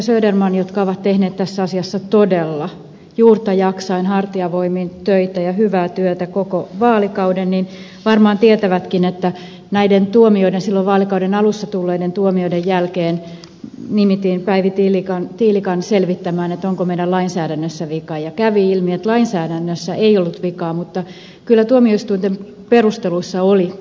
söderman jotka ovat tehneet tässä asiassa todella juurta jaksain hartiavoimin töitä ja hyvää työtä koko vaalikauden varmaan tietävätkin että näiden silloin vaalikauden alussa tulleiden tuomioiden jälkeen nimitin päivi tiilikan selvittämään onko meidän lainsäädännössämme vika ja kävi ilmi että lainsäädännössä ei ollut vikaa mutta kyllä tuomioistuinten perusteluissa oli puutteita